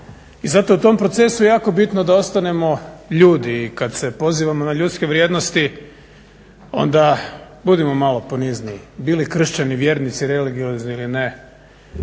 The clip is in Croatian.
I zato u tom procesu je jako bitno da ostanemo ljudi i kad se pozivamo na ljudske vrijednosti onda budimo malo ponizniji, bili kršćani, vjernici, religiozni ili ne,